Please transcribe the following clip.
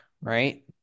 right